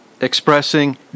expressing